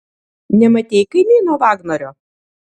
nematei kaimyno vagnorio